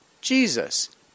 Jesus